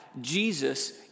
Jesus